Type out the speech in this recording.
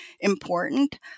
important